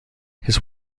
his